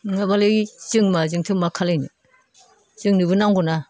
नङाब्लालाय जों माजोंथो मा खालायनो जोंनोबो नांगौना